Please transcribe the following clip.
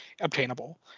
obtainable